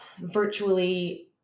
virtually